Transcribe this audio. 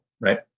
right